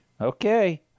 Okay